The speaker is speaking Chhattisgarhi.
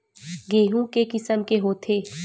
गेहूं के किसम के होथे?